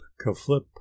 ka-flip